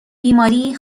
بیماری